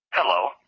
Hello